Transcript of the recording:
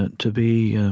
and to be